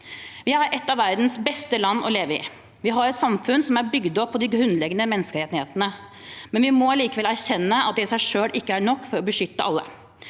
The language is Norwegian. Vi har et av verdens beste land å leve i. Vi har et samfunn som er bygd opp på de grunnleggende menneskerettighetene. Vi må likevel erkjenne at det i seg selv ikke er nok for å beskytte alle.